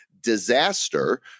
disaster